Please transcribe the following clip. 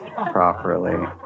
properly